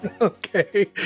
okay